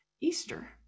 Easter